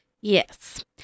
Yes